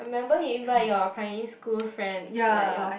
I remember you invite your primary school friends like your